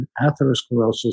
atherosclerosis